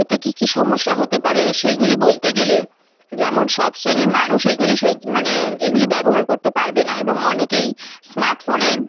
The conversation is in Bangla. এতে কী কী সমস্যা হতে পারে সেগুলি বলতে গেলে যেমন সব শ্রেণীর মানুষ এগুলি সোয মানে এগুলি ব্যবহার করতে পারবে না এবং অনেকেই স্মার্টফোনের